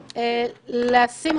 אני מסכימה שצריך לתת